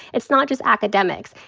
it's not just academics.